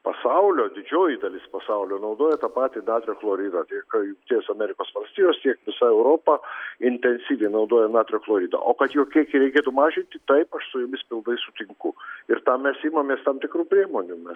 pasaulio didžioji dalis pasaulio naudoja tą patį natrio chloridą tiek jungtinės amerikos valstijos tiek visa europa intensyviai naudoja natrio chloridą o kad jo kiekį reikėtų mažinti taip aš su jumis pilnai sutinku ir tam mes imamės tam tikrų priemonių mes